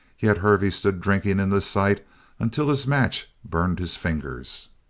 yet hervey stood drinking in the sight until his match burned his fingers.